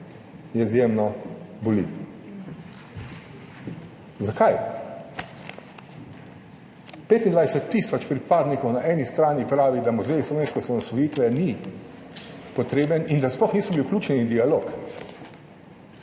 izjemno boli. Zakaj? 25 tisoč pripadnikov na eni strani pravi, da muzej slovenske osamosvojitve ni potreben in da sploh niso bili vključeni v dialog,